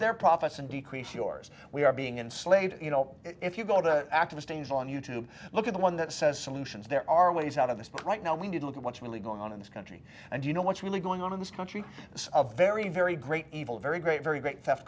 their profits and decrease yours we are being enslaved you know if you go to active stains on youtube look at the one that says solutions there are ways out of this book right now we need to look at what's really going on in this country and you know what's really going on in this country is a very very great evil very great very great